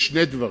יש שני דברים: